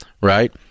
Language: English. Right